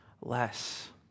less